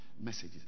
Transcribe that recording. messages